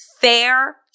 fair